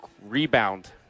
rebound